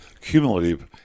cumulative